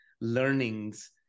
learnings